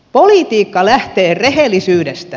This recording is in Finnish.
politiikka lähtee rehellisyydestä